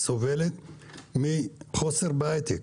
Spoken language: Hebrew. סובלת מחוסר בהייטק.